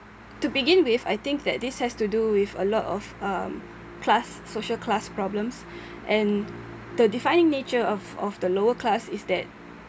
to begin with I think that this has to do with a lot of um class social class problems and the defining nature of of the lower class is that